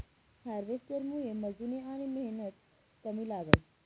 हार्वेस्टरमुये मजुरी आनी मेहनत कमी लागस